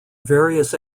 various